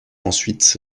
ensuite